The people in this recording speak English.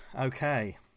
Okay